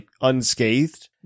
unscathed